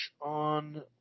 on